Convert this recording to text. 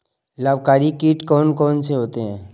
लाभकारी कीट कौन कौन से होते हैं?